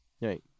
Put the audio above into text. Right